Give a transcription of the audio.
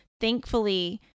thankfully